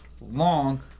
long